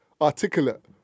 articulate